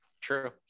true